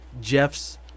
Jeff's